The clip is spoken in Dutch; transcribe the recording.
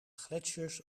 gletsjers